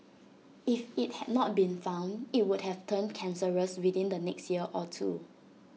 if IT had not been found IT would have turned cancerous within the next year or two